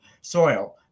soil